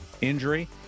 injury